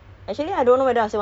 oh I think